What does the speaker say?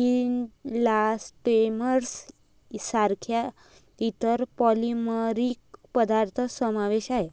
elastomers सारख्या इतर polymeric पदार्थ समावेश आहे